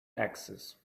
access